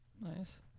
Nice